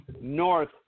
North